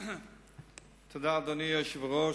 תודה, אדוני היושב-ראש.